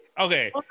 Okay